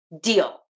deal